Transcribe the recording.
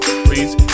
please